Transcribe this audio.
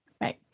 Right